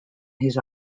his